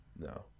No